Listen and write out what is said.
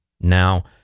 Now